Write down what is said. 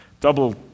double